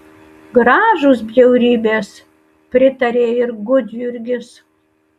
gražūs bjaurybės pritarė ir gudjurgis